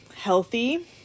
healthy